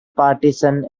partisan